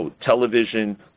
television